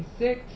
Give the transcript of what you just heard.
six